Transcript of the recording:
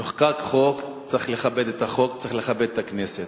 נחקק חוק, צריך לכבד אותו ואת הכנסת.